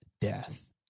death